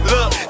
Look